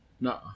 No